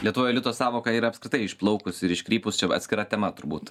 lietuvoj elito sąvoka yra apskritai išplaukus ir iškrypus čia atskira tema turbūt